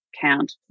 count